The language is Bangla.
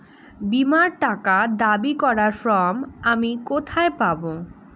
বীমার টাকা দাবি করার ফর্ম আমি কোথায় পাব?